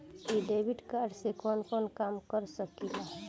इ debit card से कवन कवन काम कर सकिला?